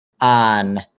on